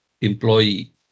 employee